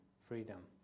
freedom